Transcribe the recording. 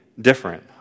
different